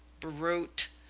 brute!